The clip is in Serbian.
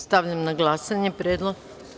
Stavljam na glasanje predlog.